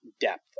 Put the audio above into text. depth